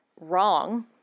wrong